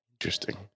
Interesting